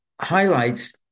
highlights